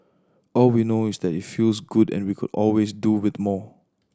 all we know is that it feels good and we could always do with more